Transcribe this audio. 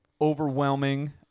overwhelming